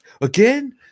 Again